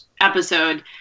episode